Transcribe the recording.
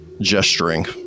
gesturing